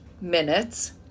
minutes